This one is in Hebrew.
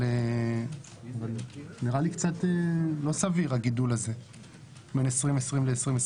אבל הגידול הזה נראה לי קצת לא סביר בין 2020 ל-2021.